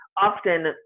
Often